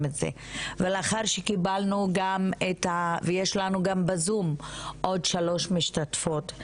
את זה ויש לנו גם בזום עוד שלוש משתתפות,